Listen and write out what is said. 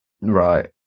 Right